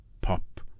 pop